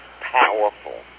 powerful